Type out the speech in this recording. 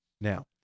Now